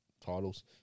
titles